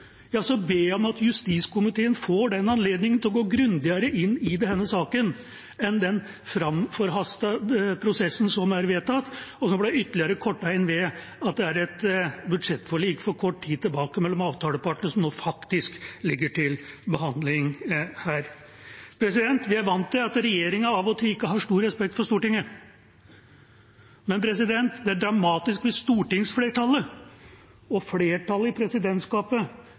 ber jeg om at justiskomiteen får den anledningen til å gå grundigere inn i denne saken enn den forhastede prosessen som er vedtatt, og som ble ytterligere kortet inn ved at det som nå faktisk ligger til behandling her, er et budsjettforlik for kort tid tilbake mellom avtalepartene. Vi er vant til at regjeringa av og til ikke har stor respekt for Stortinget. Men det er dramatisk hvis stortingsflertallet og flertallet i presidentskapet